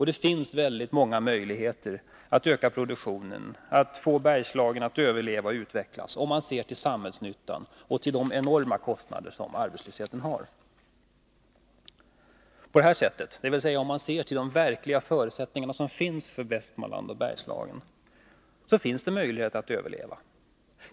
Det finns väldigt många möjligheter att öka produktionen, att få Bergslagen att överleva och utvecklas om man ser till samhällsnyttan och de enorma kostnader som arbetslösheten drar med sig. På det här sättet, dvs. om man ser till de verkliga förutsättningar som finns för Västmanland och Bergslagen, finns det möjlighet att överleva.